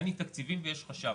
אני תקציבים ויש חשב,